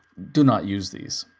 do not use these.